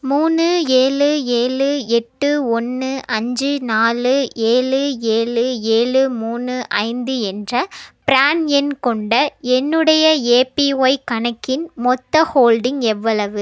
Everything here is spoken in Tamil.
மூணு ஏழு ஏழு எட்டு ஒன்று அஞ்சு நாலு ஏழு ஏழு ஏழு மூணு ஐந்து என்ற பிரான் எண் கொண்ட என்னுடைய ஏபிஒய் கணக்கின் மொத்த ஹோல்டிங் எவ்வளவு